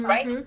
Right